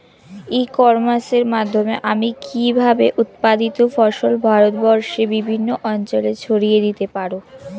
ই কমার্সের মাধ্যমে আমি কিভাবে উৎপাদিত ফসল ভারতবর্ষে বিভিন্ন অঞ্চলে ছড়িয়ে দিতে পারো?